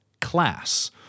class